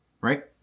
Right